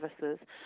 services